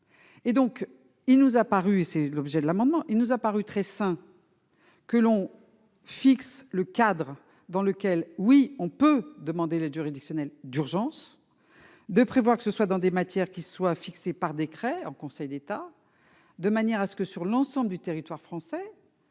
et donc il nous a paru et c'est l'objet de l'amendement, il nous a paru très sain que l'on fixe le cadre dans lequel oui on peut demander l'aide juridictionnelle d'urgence de prévoir que ce soit dans des matières qui soit fixée par décret en Conseil d'État, de manière à ce que sur l'ensemble du territoire français